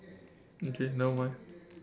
okay nevermind